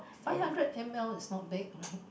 five hundred m_l is not big right